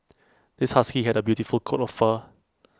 this husky had A beautiful coat of fur